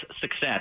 success